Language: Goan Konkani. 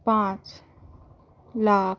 पांच लाख